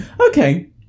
Okay